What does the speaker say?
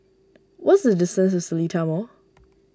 what is the distance to Seletar Mall